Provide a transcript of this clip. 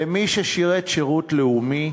למי ששירת שירות לאומי,